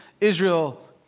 Israel